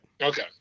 Okay